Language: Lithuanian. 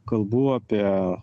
kalbų apie